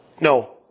No